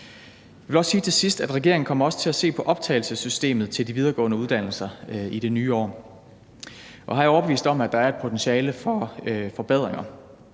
Jeg vil også sige til sidst, at regeringen kommer til at se på optagelsessystemet for de videregående uddannelser i det nye år. Her er jeg overbevist om, at der er et potentiale for forbedringer.